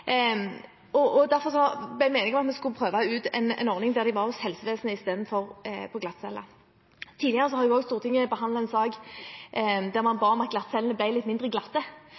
vare på. Derfor var meningen at vi skulle prøve ut en ordning der de var hos helsevesenet i stedet for på glattcelle. Tidligere har Stortinget også behandlet en sak der man ba om at glattcellene ble litt mindre glatte,